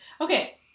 Okay